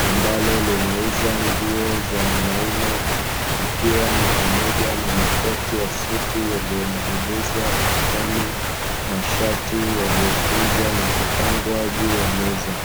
ambalo linauza nguo za wanaume, ikiwa ni pamoja na makoti ya suti yaliyo ning’inizwa ukutani, mashati yaliyo kunjwa na kupangwa juu ya meza.